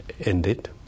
ended